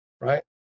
Right